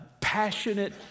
passionate